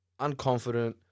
unconfident